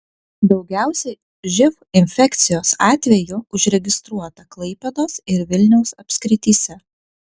daugiausiai živ infekcijos atvejų užregistruota klaipėdos ir vilniaus apskrityse